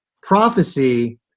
prophecy